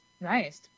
Nice